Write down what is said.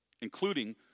including